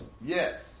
Yes